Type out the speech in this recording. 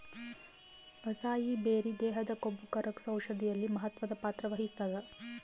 acai berry ದೇಹದ ಕೊಬ್ಬುಕರಗ್ಸೋ ಔಷಧಿಯಲ್ಲಿ ಮಹತ್ವದ ಪಾತ್ರ ವಹಿಸ್ತಾದ